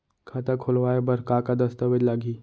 खाता खोलवाय बर का का दस्तावेज लागही?